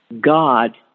God